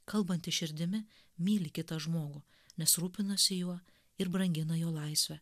kalbantys širdimi myli kitą žmogų nes rūpinasi juo ir brangina jo laisvę